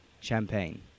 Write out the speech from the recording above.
champagne